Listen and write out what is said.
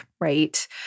right